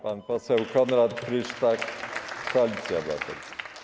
Pan poseł Konrad Frysztak, Koalicja Obywatelska.